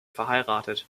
verheiratet